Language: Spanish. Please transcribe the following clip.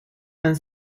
han